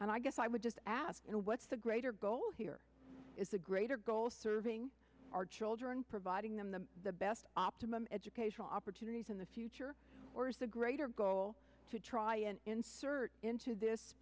and i guess i would just ask what's the greater goal here is a greater goal serving our children providing them the the best optimum educational opportunities in the future or is the greater goal to try and insert into this